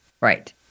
right